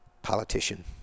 politician